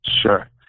Sure